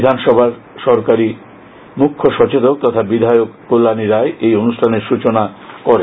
বিধানসভার সরকারি মুখ্য সচেতক তখা বিধায়ক কল্যাণী রায় এই অনুষ্ঠানের সূচনা করেন